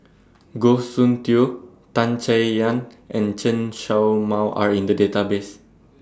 Goh Soon Tioe Tan Chay Yan and Chen Show Mao Are in The Database